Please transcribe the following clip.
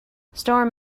storm